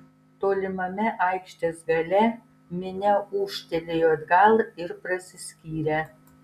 tolimame aikštės gale minia ūžtelėjo atgal ir prasiskyrė